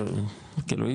כאילו,